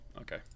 Okay